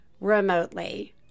remotely